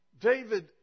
David